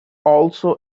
also